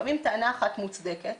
לפעמים טענה אחת מוצדקת